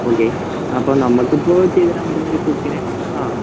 okay അപ്പോൾ നമ്മൾക്കിപ്പോൾ ചെയ്ത് തരാൻ പറ്റുന്നൊരു കുക്കിനെ ആ